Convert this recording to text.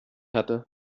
hatte